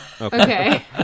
Okay